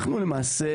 אנחנו למעשה,